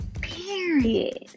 Period